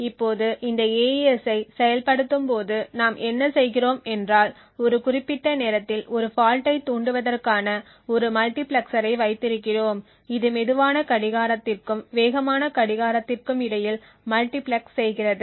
இப்போது இந்த AES ஐ செயல்படுத்தும்போது நாம் என்ன செய்கிறோம் என்றால் ஒரு குறிப்பிட்ட நேரத்தில் ஒரு ஃபால்ட்டைத் தூண்டுவதற்காக ஒரு மல்டிபிளெக்சரை வைத்திருக்கிறோம் இது மெதுவான கடிகாரத்திற்கும் வேகமான கடிகாரத்திற்கும் இடையில் மல்டிபிளெக்ஸ் செய்கிறது